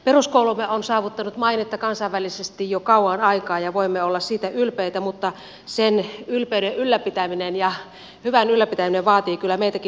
peruskoulumme on saavuttanut mainetta kansainvälisesti jo kauan aikaa ja voimme olla siitä ylpeitä mutta sen ylpeyden ylläpitäminen ja hyvän ylläpitäminen vaativat kyllä meiltäkin toimenpiteitä